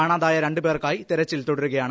കാണാതായ രണ്ട് പേർക്കായി തെരച്ചിൽ തുടരുകയാണ്